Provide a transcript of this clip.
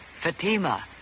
Fatima